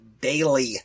daily